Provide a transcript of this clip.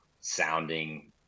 sounding